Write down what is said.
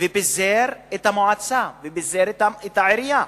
ופיזר את המועצה, ופיזר את העירייה.